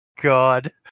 God